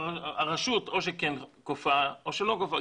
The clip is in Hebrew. הרשות או שכן כופה או שלא כופה.